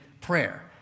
prayer